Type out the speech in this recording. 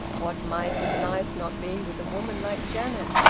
what might his life not be with a woman like janet,